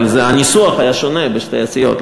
אבל הניסוח היה שונה בשתי הסיעות,